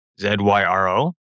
Z-Y-R-O